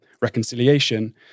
reconciliation